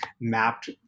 mapped